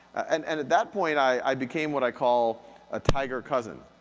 and and at that point i became what i call a tiger cousin.